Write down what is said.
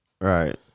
Right